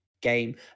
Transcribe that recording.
game